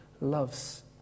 loves